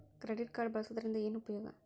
Credit card ಬಳಸುವದರಿಂದ ಏನು ಉಪಯೋಗ?